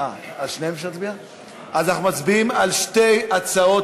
אז אנחנו מצביעים על שתי ההצעות,